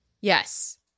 yes